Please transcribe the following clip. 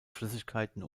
flüssigkeiten